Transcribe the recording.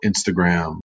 instagram